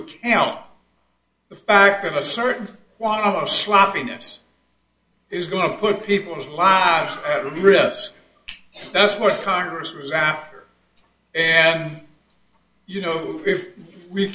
account the fact that a certain one of our sloppiness is going to put people's lives at risk that's what congress was after and you know if we